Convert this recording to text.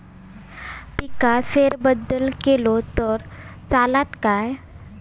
पिकात फेरबदल केलो तर चालत काय?